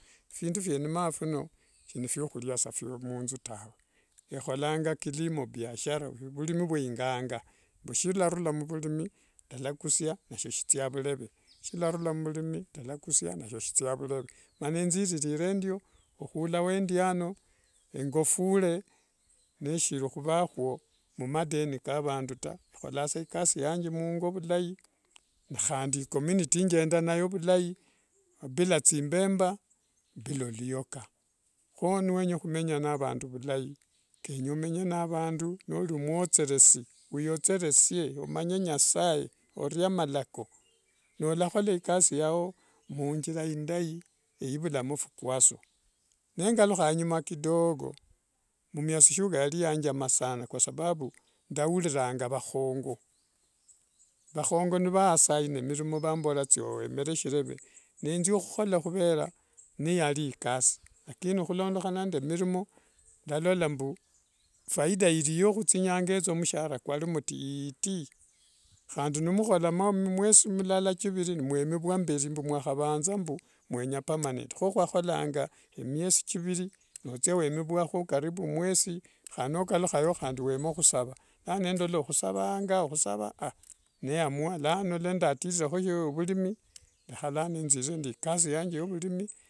Phindu fwenimanga phino sinaphiokhuli munthu tawe. Kholanga kilimo biashara. Vulimi vwa inganga, mbushirarura muvulimi ndalakusia nashio shithia avuleve shilarura muvulimi nashio shithia avuleve mana thiririre endio khula wendiano engekofule neshiri khuvakho mumadeno kavandu taa khola sa ikasi yanthe vulai nekhandi i community thenda nayo vulai bila thimbemba bola oluoka. Kho niwenya khumenya navandu vulai, kenya omenye na vandu nolimuwotheresi, wewotheresie omanye nyasaye, omanye malako nolakhola ikasi yao munthira indai eyeumqmo phikwaso. Nengalukha anyuma kidogo mumisi sugar yali yanjama zaidi kwasababu ndauliranga vakhongo, vakhongo niva assiniree mirimo nivamborera thia wemere shireve, nethia khukhola khuvera niyali ikasi. Khulondekhana nende milimo ndalalo mbu faida iliyo khuthinyanga ethio mshara kwali mtiti. Handi nimukhola miosi milala thiviri nimwemivwa mberi mbu mwakhavantha mbu mwenya permanent, kho khwakholanga miesi thiviri nothia wemivwakho karibu mwesi hanokaluhayo nawemera khusava. Nano nendola khusavaanga khusavaanga neyemua lano ngandatirekho ovulimi lekha lano thirirekho ikasi yanthe eyevulimi.